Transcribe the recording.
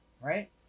right